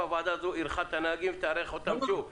הועדה הזו אירחה את הנהגים ותארח אותם שוב.